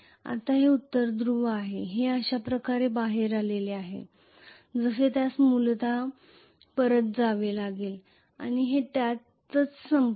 आता हे उत्तर ध्रुव आहे हे अशा प्रकारे बाहेर आले आहे जसे त्यास मूलत परत जावे लागेल आणि हे त्यातच संपेल